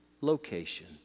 location